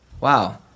wow